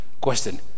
question